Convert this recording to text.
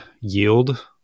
yield